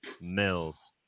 Mills